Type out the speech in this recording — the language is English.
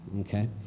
okay